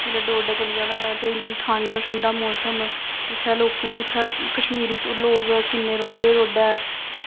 ते जेल्लै डोडा चली जाना होऐ ते इन्नी ठंड ठंडा मौसम इत्थै लोकें उत्थें कश्मीरी लोग किन्ने रौंह्दे डोडै